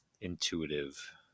intuitive